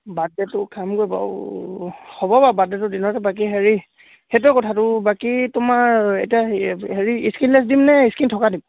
বাৰ্থডেটো খামগৈ বাৰু হ'ব বাৰু বাৰ্থডেটো দিনতহে বাকী হেৰি সেইটোৱে কথাটো বাকী তোমাৰ এতিয়া হ হেৰি স্কিনলেছ দিম নে স্কিন থকা দিম